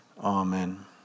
amen